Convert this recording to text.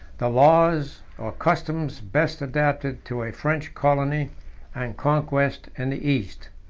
the laws or customs best adapted to a french colony and conquest in the east.